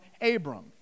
Abram